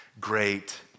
great